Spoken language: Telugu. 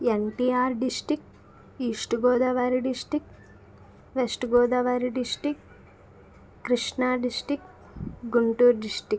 NTR district east Godavari district west Godavari district Krishna district Guntur district